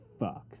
fucks